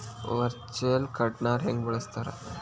Virtual ಕಾರ್ಡ್ನ ಹೆಂಗ ಬಳಸ್ತಾರ?